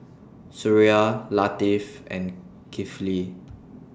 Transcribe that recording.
Suraya Latif and Kifli